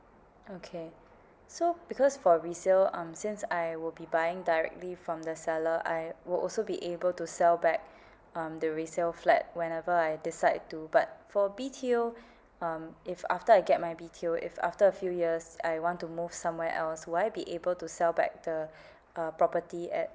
okay so because for resale um since I will be buying directly from the seller I will also be able to sell back um the resale flat whenever I decide to but for B_T_O um if after I get my B_T_O if after a few years I want to move somewhere else do I be able to sell back the uh property at